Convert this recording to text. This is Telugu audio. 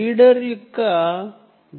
రీడర్ యొక్క పోలరైజెషన్ ఏమిటి